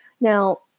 Now